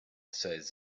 said